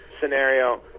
scenario